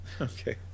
Okay